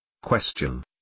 Question